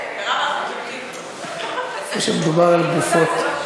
זה שמדובר על גופות,